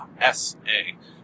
S-A